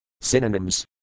Synonyms